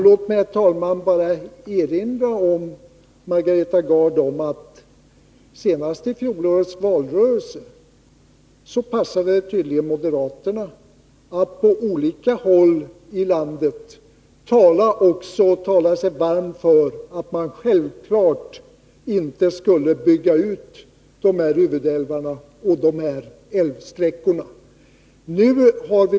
Låt mig, herr talman, erinra Margareta Gard om att det senast i fjolårets valrörelse tydligen passade moderaterna att på olika håll i landet tala sig varma för att man självfallet inte skulle bygga ut dessa fyra huvudälvar och dessa älvsträckor.